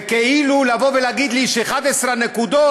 זה כאילו לבוא ולהגיד לי ש-11 הנקודות,